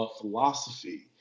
philosophy